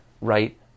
right